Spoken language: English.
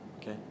Okay